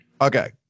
Okay